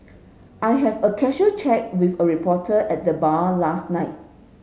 I have a casual chat with a reporter at the bar last night